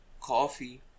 Coffee